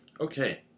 Okay